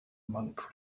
monk